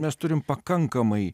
mes turim pakankamai